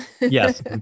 Yes